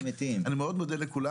אני מאוד מודה לכולם.